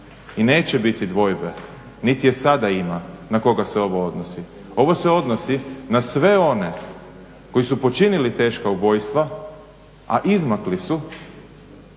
i neće biti dvojbe niti je sada ima na koga se ovo odnosi. Ovo se odnosi na sve one koji su počinili teška ubojstva a izmakli su